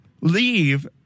leave